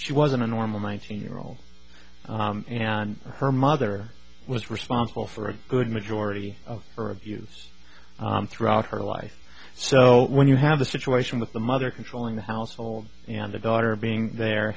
she was a normal nineteen year old and her mother was responsible for a good majority of her abuse throughout her life so when you have a situation with the mother controlling the household and the daughter being there